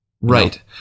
Right